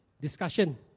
discussion